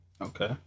Okay